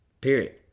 period